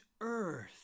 earth